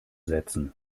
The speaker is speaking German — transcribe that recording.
setzen